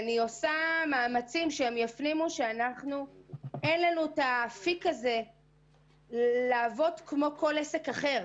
אני עושה מאמצים שיפנימו שאין לנו את האפיק לעבוד כמו כל עסק אחר.